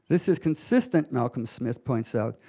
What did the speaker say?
this is consistent, malcolm-smith points out,